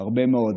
הרבה מאוד,